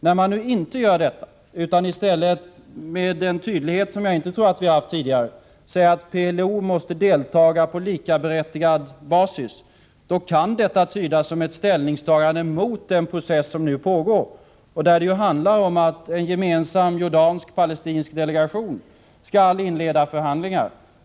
När det nu inte finns några sådana i deklarationen, utan regeringen i stället — med en tydlighet som jag inte tror har förekommit tidigare — säger att PLO måste deltaga på likaberättigad basis kan detta tolkas som ett ställningstagande mot den process som för närvarande pågår. Det handlar alltså om att en gemensam jordansk-palestinsk delegation skall inleda förhandlingar.